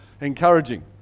encouraging